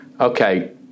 okay